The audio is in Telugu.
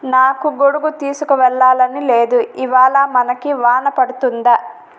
నాకు గొడుగు తీసుకు వెళ్ళాలని లేదు ఇవాళ మనకి వాన పడుతుందా